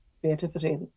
creativity